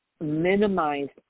minimized